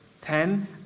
Ten